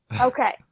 Okay